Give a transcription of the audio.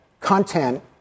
Content